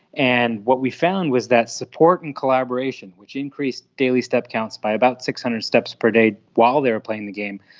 and what we found was that support and collaboration, which increased daily step counts by about six hundred steps per day while they were playing the game,